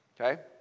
Okay